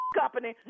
company